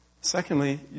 Secondly